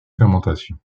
fermentation